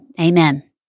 amen